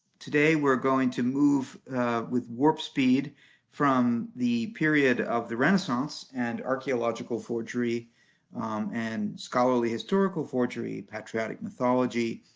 today we're going to move with warp speed from the period of the renaissance and archeological forgery and scholarly-historical forgery, patriotic mythology,